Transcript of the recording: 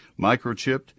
microchipped